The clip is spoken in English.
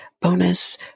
bonus